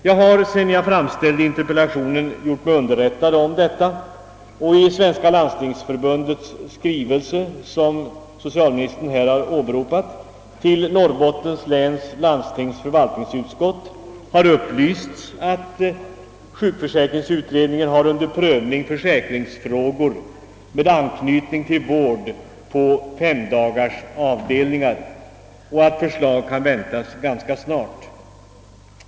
Jag har, sedan jag framställde interpellationen, gjort mig underrättad om detta sistnämnda, och i Svenska landstingsförbundets skrivelse, som socialministern har åberopat i sitt svar, till Norrbottens läns landstings förvaltningsutskott har det upplysts att sjukförsäkringsutredningen har under prövning försäkringsfrågor med anknytning till vård på femdagarsavdelningar och att förslag kan väntas ganska snart.